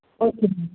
okay